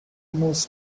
moves